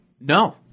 No